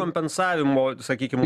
kompensavimo sakykim